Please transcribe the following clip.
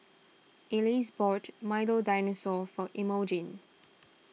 Else bought Milo Dinosaur for Emogene